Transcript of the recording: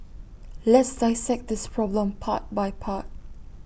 let's dissect this problem part by part